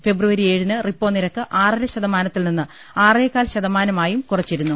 ഫെബ്രുവരി ഏഴിന് റിപ്പോ നിരക്ക് ആറര ശതമാനത്തിൽ നിന്ന് ആറേകാൽ ശതമാനമായും കുറച്ചിരുന്നു